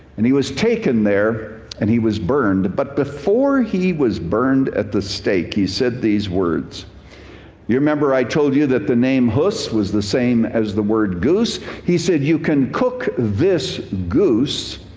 and he was taken there and he was burned. but before he was burned at the stake he said these words you remember i told you that the name hus was the same as the word goose? he said, you can cook this goose,